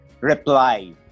Reply